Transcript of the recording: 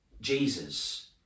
Jesus